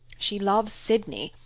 she loves sydney,